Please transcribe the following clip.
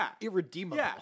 irredeemable